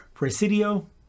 Presidio